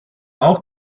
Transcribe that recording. auch